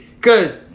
Cause